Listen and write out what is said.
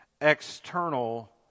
External